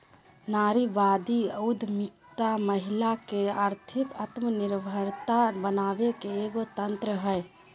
नारीवादी उद्यमितामहिला के आर्थिक आत्मनिर्भरता बनाबे के एगो तंत्र हइ